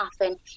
often